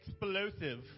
Explosive